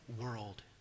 world